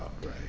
right